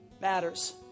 matters